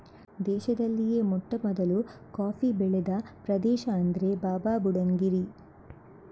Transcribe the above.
ದೇಶದಲ್ಲಿಯೇ ಮೊಟ್ಟಮೊದಲು ಕಾಫಿ ಬೆಳೆದ ಪ್ರದೇಶ ಅಂದ್ರೆ ಬಾಬಾಬುಡನ್ ಗಿರಿ